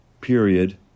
period